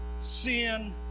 sin